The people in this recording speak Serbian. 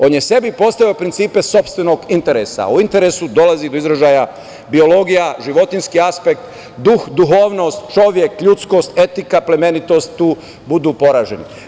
On je sebi postavio principe sopstvenog interesa, o interesu dolazi do izražaja biologija, životinjski aspekt, duh, duhovnost, čovek, ljudskost, etika, plemenitost, tu budu poraženi.